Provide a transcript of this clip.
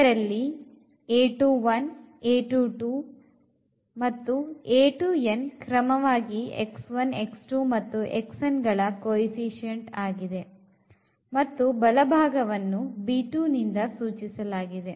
ಇದರಲ್ಲಿ ಮತ್ತು ಕ್ರಮವಾಗಿ ಮತ್ತು ಗಳ ಕೋಎಫಿಷಿಎಂಟ್ ಆಗಿದೆ ಮತ್ತು ಬಲಭಾಗವನ್ನು ನಿಂದ ಸೂಚಿಸಲಾಗಿದೆ